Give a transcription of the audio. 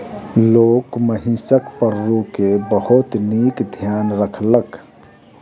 लोक महिषक पड़रू के बहुत नीक ध्यान रखलक